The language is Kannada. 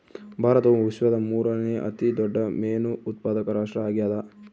ಭಾರತವು ವಿಶ್ವದ ಮೂರನೇ ಅತಿ ದೊಡ್ಡ ಮೇನು ಉತ್ಪಾದಕ ರಾಷ್ಟ್ರ ಆಗ್ಯದ